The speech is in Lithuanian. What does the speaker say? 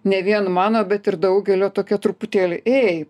ne vien mano bet ir daugelio tokia truputėlį ėi